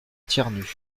thiernu